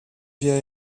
wir